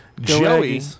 Joey